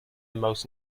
most